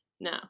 Now